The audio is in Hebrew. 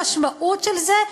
המשמעות של זה,